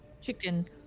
chicken